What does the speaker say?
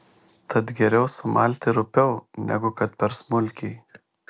tad geriau sumalti rupiau negu kad per smulkiai